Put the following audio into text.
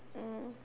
mm